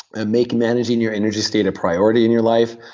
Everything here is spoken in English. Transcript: and make managing your energy state a priority in your life,